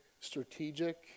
strategic